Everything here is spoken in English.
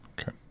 Okay